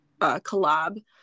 collab